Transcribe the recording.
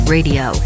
Radio